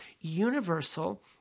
universal